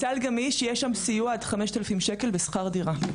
בסל גמיש יש סיוע עד 5,000 שקל בשכר דירה.